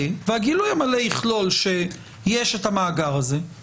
והגילוי המלא יכלול שיש את המאגר הזה,